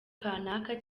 kanaka